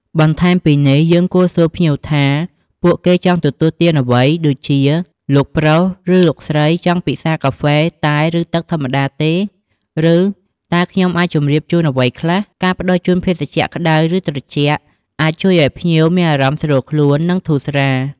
បន្ថែមពីនេះ យើងគួរ សួរភ្ញៀវ ថាពួកគេចង់ទទួលទានអ្វី ដូចជា "លោកប្រុស ឬលោកស្រី ចង់ពិសាកាហ្វេ តែ ឬទឹកធម្មតាទេ?" ឬ "តើខ្ញុំអាចជម្រាបជូនអ្វីខ្លះ?" ការផ្តល់ជូនភេសជ្ជៈក្តៅ ឬត្រជាក់ អាចជួយឲ្យភ្ញៀវមានអារម្មណ៍ស្រួលខ្លួន និងធូរស្រាល។